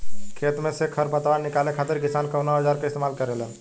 खेत में से खर पतवार निकाले खातिर किसान कउना औजार क इस्तेमाल करे न?